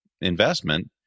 investment